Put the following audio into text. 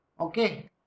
okay